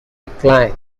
decline